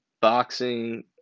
boxing